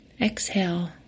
Exhale